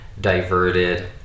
diverted